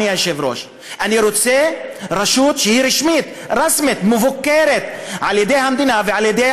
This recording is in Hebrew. אני רוצה רשות שהיא רשמית ומבוקרת על ידי המדינה ועל ידי